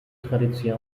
tradition